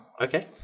Okay